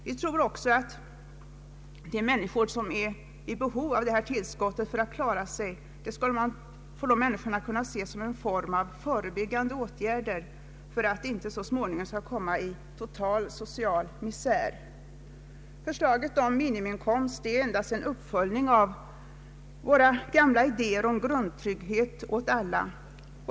Vi tror också att de människor som är i behov av detta tillskott för att klara sig skulle kunna se stödet som en form av förebyggande åtgärder för att de inte så småningom skall komma att hamna i total misär. Förslaget om minimiinkomst är endast en uppföljning av vår gamla idé om grundtrygghet åt alla.